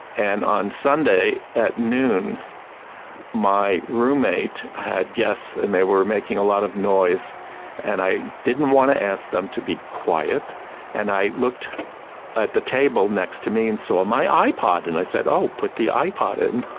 and on sunday at noon my roommate had guests and they were making a lot of noise and i didn't want to ask them to be quiet and i looked at the table next to me and saw my ipod, and i said, oh, put the ipod in and